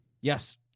Yes